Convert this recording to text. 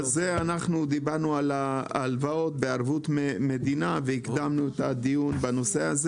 דיברנו על הלוואות בערבות מדינה והקדמנו את הדיון בנושא.